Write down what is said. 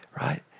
right